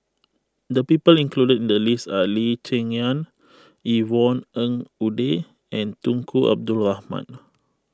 the people included in the list are Lee Cheng Yan Yvonne Ng Uhde and Tunku Abdul Rahman